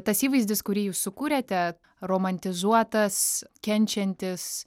tas įvaizdis kurį jūs sukūrėte romantizuotas kenčiantis